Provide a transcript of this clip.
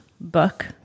book